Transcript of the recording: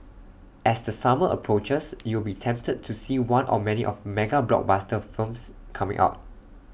as the summer approaches you will be tempted to see one or many of mega blockbuster firms coming out